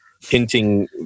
hinting